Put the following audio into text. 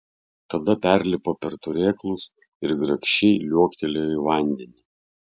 tada perlipo per turėklus ir grakščiai liuoktelėjo į vandenį